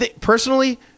Personally